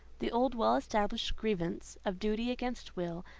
the old well-established grievance of duty against will,